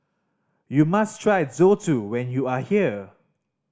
you must try Zosui when you are here